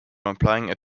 employing